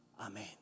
Amen